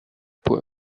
burg